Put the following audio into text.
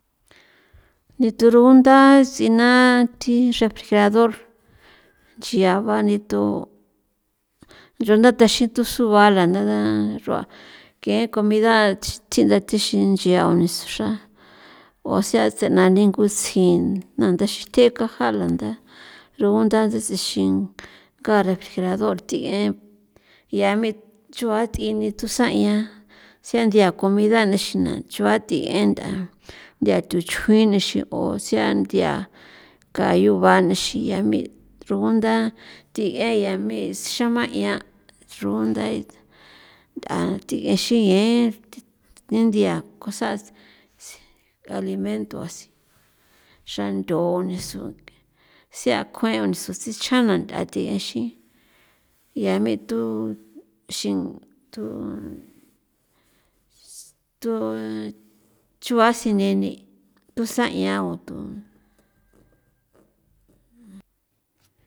Nitu rugunda ts'i na thi refrigerador nchia banitu nch'on ndataxi tho sua la nda rua ke comida tji ndatjixin nchia o niso xra o sea tsenani ng'usin na ndaxin tje raja la nda rugunda thi tsixin nga refrigerador thi'e yami chua thi'i ni tusan 'ian sea nthia comida nixina chua tient'a nthia thuchjuin nixin o sea nthia kayo banixin yami rugunda thi'e yami xama' 'ian rugunda nth'a ti'e xiye nthia cosas alimentos xando nisu gue sea kjue oniso sichja nth'a thi axi yaa mee thu xin thu chua sine ni thusa 'ian uthu.